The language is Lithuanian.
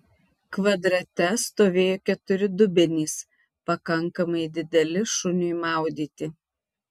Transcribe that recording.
kvadrate stovėjo keturi dubenys pakankamai dideli šuniui maudyti